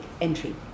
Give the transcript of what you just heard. entry